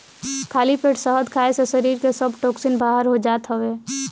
खाली पेट शहद खाए से शरीर के सब टोक्सिन बाहर हो जात हवे